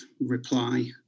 reply